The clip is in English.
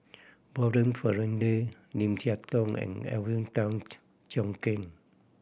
Warren Fernandez Lim Siah Tong and Alvin Tan Cheong Kheng